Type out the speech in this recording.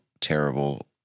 terrible